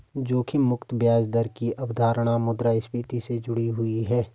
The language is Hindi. जोखिम मुक्त ब्याज दर की अवधारणा मुद्रास्फति से जुड़ी हुई है